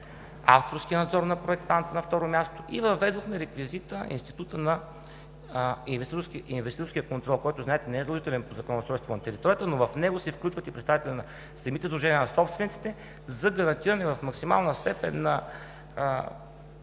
авторски надзор на проектант, на второ място, и въведохме реквизита институт на инвеститорския контрол, който, знаете, не е задължителен по Закона за устройство на територията, но в него се включват и представители на самите сдружения на собствениците за гарантиране в максимална степен на